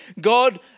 God